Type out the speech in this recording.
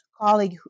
colleague